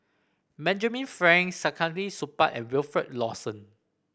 Benjamin Frank Saktiandi Supaat and Wilfed Lawson